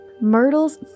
Myrtle's